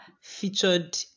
featured